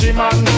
man